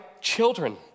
children